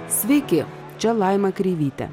sveiki čia laima kreivytė